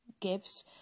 gives